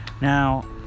Now